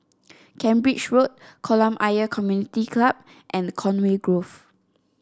Cambridge Road Kolam Ayer Community Club and Conway Grove